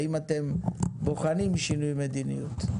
האם אתם בוחנים שינוי מדיניות?